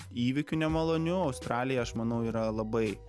įvykiu nemaloniu australija aš manau yra labai